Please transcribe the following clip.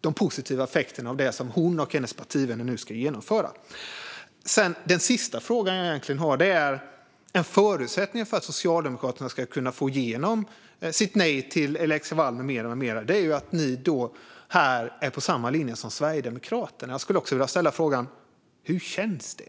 de positiva effekterna av det som hon och hennes partivänner nu ska genomföra. Så till min andra fråga. En förutsättning för att Socialdemokraterna ska kunna få igenom sitt nej till lex Laval med mera är att ni går på samma linje som Sverigedemokraterna. Hur känns det?